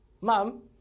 Mom